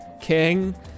king